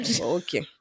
okay